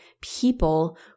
people